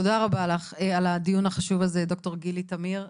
תודה רבה לך על הדיון החשוב הזה, ד"ר גילי תמיר.